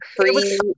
free